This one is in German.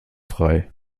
frei